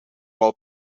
while